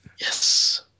yes